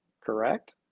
correct